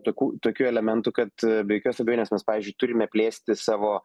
tokių tokių elementų kad be jokios abejonės mes pavyzdžiui turime plėsti savo